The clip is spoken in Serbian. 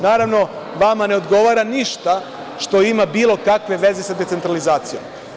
Naravno, vama ne odgovara ništa što ima bilo kakve veze sa decentralizacijom.